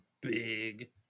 big